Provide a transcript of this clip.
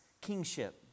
kingship